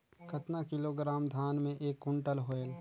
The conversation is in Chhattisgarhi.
कतना किलोग्राम धान मे एक कुंटल होयल?